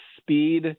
speed